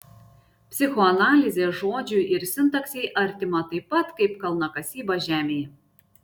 psichoanalizė žodžiui ir sintaksei artima taip pat kaip kalnakasyba žemei